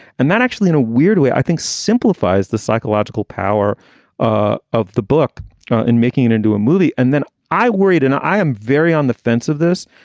and that actually in a weird way i think simplifies the psychological power ah of the book and making it into a movie. and then i worried and i am very on the fence of this.